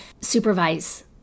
supervise